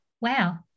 Wow